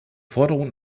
forderung